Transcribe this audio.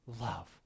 love